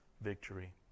victory